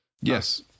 yes